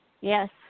yes